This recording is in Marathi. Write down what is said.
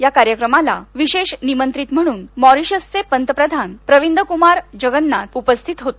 या कार्यक्रमाला विशेष निमंत्रित म्हणून मॉरिशसचे पंतप्रधान प्रविंदक्मार जगन्नाथ उपस्थित होते